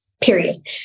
period